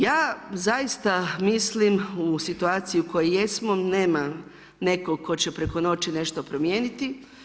Ja zaista mislim u situaciji u kojoj jesmo, nema nekog tko će preko noći nešto promijeniti.